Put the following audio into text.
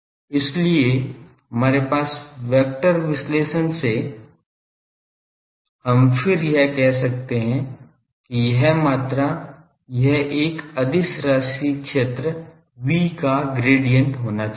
इसलिए हमारे वेक्टर विश्लेषण से हम फिर कह सकते हैं कि यह मात्रा यह एक अदिश राशि क्षेत्र V का ग्रेडिएंट होना चाहिए